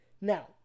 now